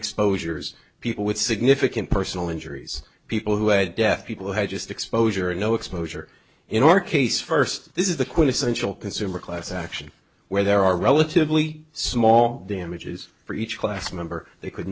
exposures people with significant personal injuries people who had deaf people had just exposure and no exposure in our case first this is the quintessential consumer class action where there are relatively small damages for each class member they could